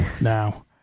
now